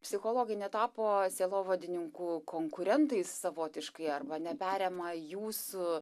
psichologai netapo sielovadininkų konkurentais savotiškai arba neperema jūsų